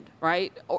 right